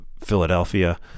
Philadelphia